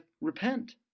repent